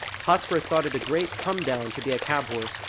hotspur thought it a great come-down to be a cab-horse,